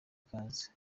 ikaze